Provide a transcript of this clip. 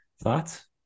Thoughts